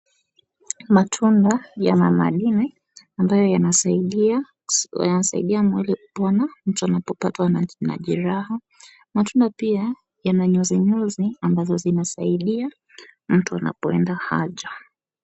Matunda yana madini ambayo yanasaidia mwili kupona mtu anapopatwa na jeraha. Matunda pia yana nyuzinyuzi ambazo zinasaidia mtu anapoenda haja.